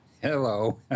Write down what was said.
Hello